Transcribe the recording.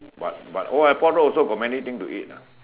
what what old airport road also got many thing to eat what